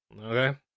Okay